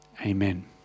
Amen